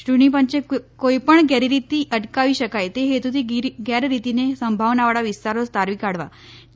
ચૂંટણીપંચે કોઈપણ ગેરરીતિ અટકાવી શકાય તે હેતુથી ગેરરીતિની સંભાવનાવાળા વિસ્તારો તારવી કાઢવા ડી